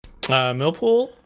Millpool